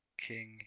king